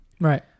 Right